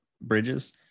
Bridges